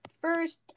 First